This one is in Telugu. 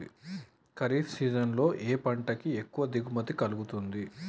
ఖరీఫ్ సీజన్ లో ఏ పంట కి ఎక్కువ దిగుమతి కలుగుతుంది?